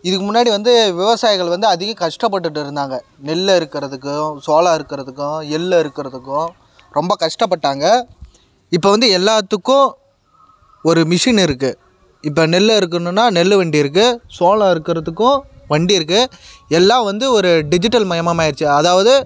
இதுக்கு முன்னாடி வந்து விவசாயிகள் வந்து அதிகம் கஷ்டப்பட்டுட்டு இருந்தாங்க நெல் அறுக்கிறதுக்கும் சோளம் அறுக்கிறதுக்கும் எள் அறுக்கிறதுக்கும் ரொம்ப கஷ்டப்பட்டாங்க இப்போ வந்து எல்லாத்துக்கும் ஒரு மிஷினு இருக்கு இப்போ நெல் அறுக்கணுன்னா நெல் வண்டி இருக்கு சோளம் அறுக்கிறதுக்கும் வண்டி இருக்கு எல்லாம் வந்து ஒரு டிஜிட்டல் மயமாக மாறிடுச்சு அதாவது